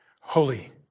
Holy